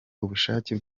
ubushake